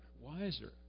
wiser